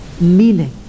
meaning